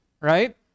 right